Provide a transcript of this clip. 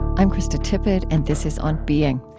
i'm krista tippett, and this is on being.